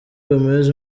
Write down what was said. gomes